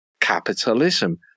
capitalism